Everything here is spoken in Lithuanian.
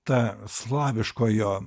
ta slaviškojo